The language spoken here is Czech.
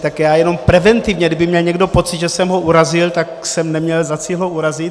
Tak já jenom preventivně, kdyby měl někdo pocit, že jsem ho urazil, tak jsem neměl za cíl ho urazit.